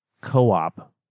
co-op